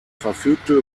verfügte